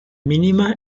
mínima